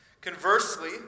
Conversely